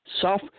Self